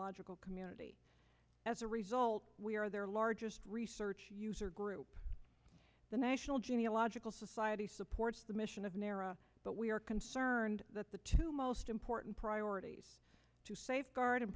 logical community as a result we are their largest research user group the national geological society supports the mission of naira but we are concerned and that the two most important priorities to safeguard and